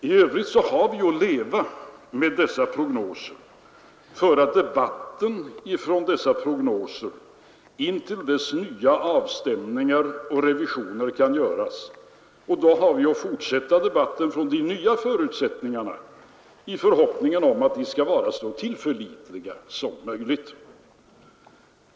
I övrigt har vi att leva med dessa prognoser och föra debatten utifrån dessa prognoser intill dess nya avstämningar och revisioner kan göras, och då har vi att fortsätta debatten från de nya förutsättningarna i förhoppning om att de skall vara så tillförlitliga som möjligt.